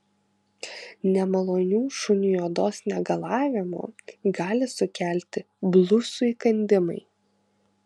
nemalonių šuniui odos negalavimų gali sukelti blusų įkandimai